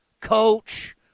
coach